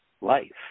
life